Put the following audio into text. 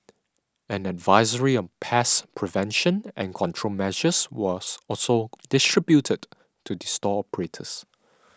an advisory on pest prevention and control measures was also distributed to the store operators